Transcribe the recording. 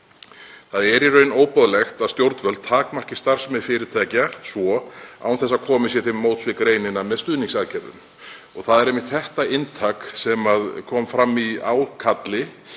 Það er í raun óboðlegt að stjórnvöld takmarki starfsemi fyrirtækja svo án þess að komið sé til móts við greinina með stuðningsaðgerðum. Það er einmitt það inntak sem kom fram í ákalli